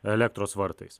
elektros vartais